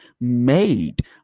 made